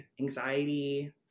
anxiety